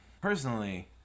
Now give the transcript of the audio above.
Personally